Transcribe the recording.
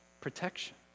protection